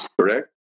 correct